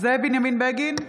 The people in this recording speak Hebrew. זאב בנימין בגין,